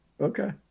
Okay